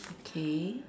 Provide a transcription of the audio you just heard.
okay